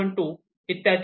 1 1